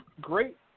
Great